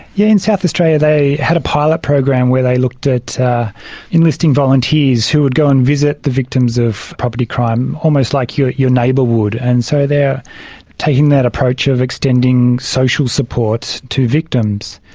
yeah in south australia they had a pilot program where they looked at enlisting volunteers who would go and visit the victims of property crime, almost like your your neighbour would. and so they're taking that approach of extending social support to victims,